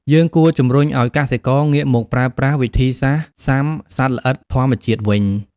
យើងគួរជំរុញឲ្យកសិករងាកមកប្រើប្រាស់វិធីសាស្ត្រស៊ាំសត្វល្អិតធម្មជាតិវិញ។